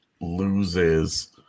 loses